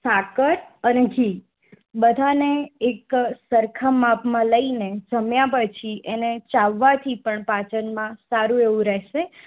સાકર અને ઘી બધાને એક સરખાં માપમાં લઈને જમ્યા પછી એને ચાવવાથી પણ પાચનમાં સારું એવું રહેશે